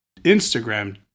Instagram